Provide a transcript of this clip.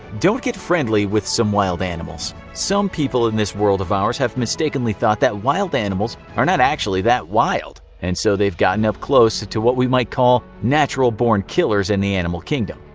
don't get friendly with some wild animals some people in this world of ours have mistakenly thought that wild animals are not actually that wild, and so they have gotten up close to what we might call natural born killers in the animal kingdom.